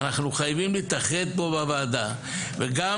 אנחנו חייבים להתאחד פה בוועדה וגם